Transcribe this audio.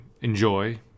enjoy